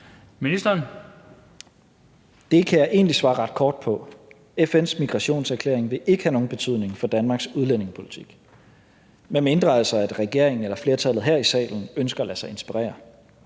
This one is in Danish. Det kan jeg egentlig svare ret kort på: FN's migrationserklæring vil ikke have nogen betydning for Danmarks udlændingepolitik – altså medmindre regeringen eller flertallet her i salen ønsker at lade sig inspirere.